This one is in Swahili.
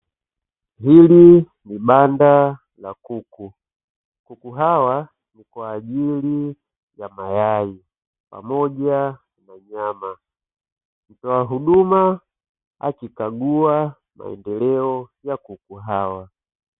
Hili ni banda la kuku. Kuku hawa ni kwa ajili ya mayai pamoja na nyama. Mtoa huduma akikagua maendeleo ya kuku hawa.